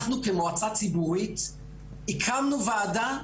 אנחנו כמועצה ציבורית הקמנו ועדה,